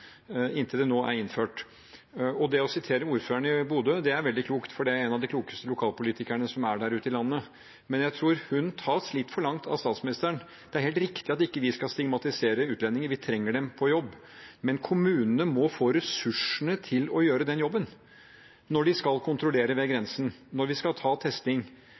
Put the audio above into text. inntil det nå er innført. Det å sitere ordføreren i Bodø er veldig klokt, for det er en av de klokeste lokalpolitikerne som er der ute i landet, men jeg tror hun dras litt for langt av statsministeren. Det er helt riktig at vi ikke skal stigmatisere utlendinger; vi trenger dem på jobb. Men kommunene må få ressursene til å gjøre jobben når de skal kontrollere ved grensen, når de skal ta testing